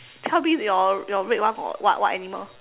tell me your your red one got what what animal